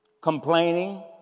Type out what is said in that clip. complaining